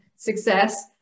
success